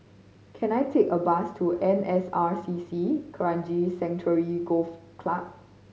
can I take a bus to N S R C C Kranji Sanctuary Golf Club